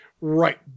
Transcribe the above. Right